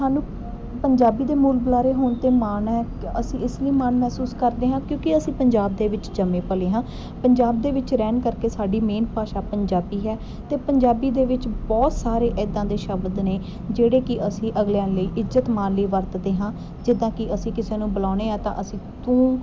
ਸਾਨੂੰ ਪੰਜਾਬੀ ਦੇ ਮੂਲ ਬੁਲਾਰੇ ਹੋਣ 'ਤੇ ਮਾਣ ਹੈ ਅਸੀਂ ਇਸ ਲਈ ਮਾਣ ਮਹਿਸੂਸ ਕਰਦੇ ਹਾਂ ਕਿਉਂਕਿ ਅਸੀਂ ਪੰਜਾਬ ਦੇ ਵਿੱਚ ਜੰਮੇ ਪਲੇ ਹਾਂ ਪੰਜਾਬ ਦੇ ਵਿੱਚ ਰਹਿਣ ਕਰਕੇ ਸਾਡੀ ਮੇਨ ਭਾਸ਼ਾ ਪੰਜਾਬੀ ਹੈ ਅਤੇ ਪੰਜਾਬੀ ਦੇ ਵਿੱਚ ਬਹੁਤ ਸਾਰੇ ਇੱਦਾਂ ਦੇ ਸ਼ਬਦ ਨੇ ਜਿਹੜੇ ਕਿ ਅਸੀਂ ਅਗਲਿਆਂ ਲਈ ਇੱਜ਼ਤ ਮਾਣ ਲਈ ਵਰਤਦੇ ਹਾਂ ਜਿੱਦਾਂ ਕਿ ਅਸੀਂ ਕਿਸੇ ਨੂੰ ਬੁਲਾਉਂਦੇ ਹਾਂ ਤਾਂ ਅਸੀਂ ਤੂੰ